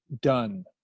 done